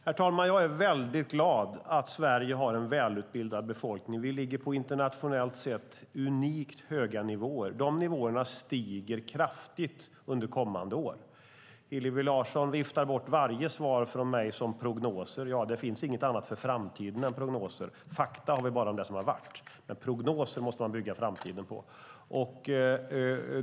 Herr talman! Jag är väldigt glad över att Sverige har en välutbildad befolkning. Vi ligger på internationellt sett unikt höga nivåer. Nivåerna stiger kraftigt under kommande år. Hillevi Larsson viftar bort varje svar från mig som prognoser. Det finns inget annat för framtiden än prognoser. Fakta har vi bara om det som har varit, men prognoser måste man bygga framtiden på.